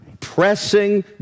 pressing